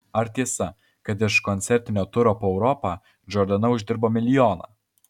ar tiesa kad iš koncertinio turo po europą džordana uždirbo milijoną